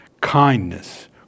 kindness